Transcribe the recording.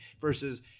versus